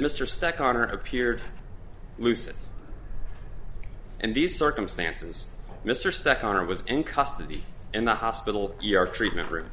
mr stuck on or appeared lucid and the circumstances mr stuck on are was in custody and the hospital your treatment room